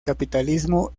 capitalismo